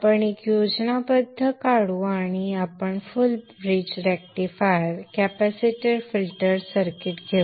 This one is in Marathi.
आपण एक योजनाबद्ध काढू आणि आपण full bridge rectifier capacitor filter circuit घेऊ